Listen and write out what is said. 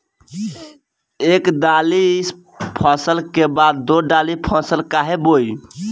एक दाली फसल के बाद दो डाली फसल काहे बोई?